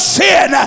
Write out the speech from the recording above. sin